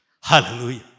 Hallelujah